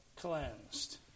cleansed